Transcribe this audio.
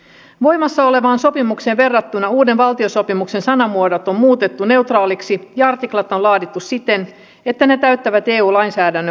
voimassa olevaan sopimukseen verrattuna uuden valtiosopimuksen sanamuodot on muutettu neutraaliksi ja artiklat on laadittu siten että ne täyttävät eu lainsäädännön vaatimukset